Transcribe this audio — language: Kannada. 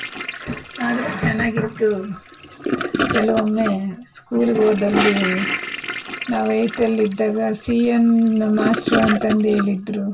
ಆದರೆ ಚೆನಾಗಿತ್ತು ಕೆಲವೊಮ್ಮೆ ಸ್ಕೂಲ್ಗೆ ಹೋದಲ್ಲಿ ನಾವು ಏಯ್ತಲ್ಲಿ ಇದ್ದಾಗ ಸಿ ಎನ್ ಮಾಸ್ಟ್ರು ಅಂತಂಧೇಳಿ ಇದ್ರು